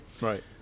right